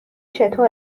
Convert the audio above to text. چطور